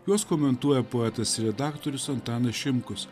juos komentuoja poetas ir redaktorius antanas šimkus